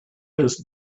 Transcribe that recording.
his